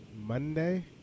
Monday